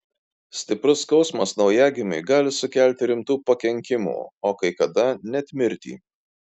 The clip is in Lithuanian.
stiprus skausmas naujagimiui gali sukelti rimtų pakenkimų o kai kada net mirtį